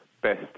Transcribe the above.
best